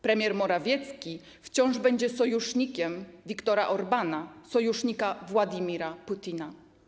Premier Morawiecki wciąż będzie sojusznikiem Viktora Orbána, sojusznika Władimira Putina.